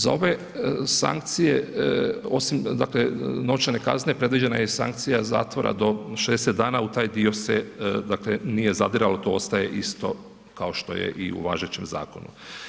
Za ove sankcije osim dakle novčane kazne predviđena je i sankcija zatvora do 60 dana u taj dio se dakle nije zadiralo to ostaje isto kao što je i u važećem zakonu.